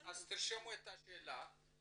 מהרשויות מיושמות יותר פעולות,